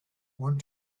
want